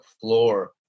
floor